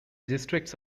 districts